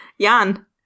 Jan